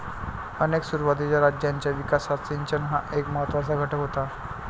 अनेक सुरुवातीच्या राज्यांच्या विकासात सिंचन हा एक महत्त्वाचा घटक होता